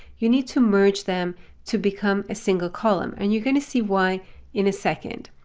you need to merge them to become a single column and you're going to see why in a second.